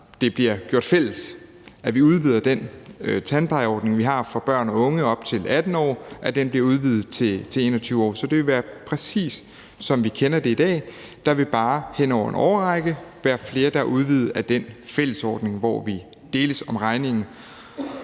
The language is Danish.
det bliver gjort fælles. Vi udvider den tandplejeordning, vi har for børn og unge op til 18 år, til 21 år. Så det vil være, præcis som vi kender det i dag. Der vil bare hen over en årrække være flere, der er dækket af den fælles ordning, hvor vi deles om regningen.